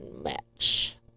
match